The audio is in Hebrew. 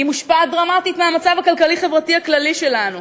היא מושפעת דרמטית מהמצב הכלכלי-חברתי הכללי שלנו.